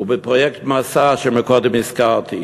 ובפרויקט "מסע" שקודם הזכרתי,